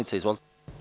Izvolite.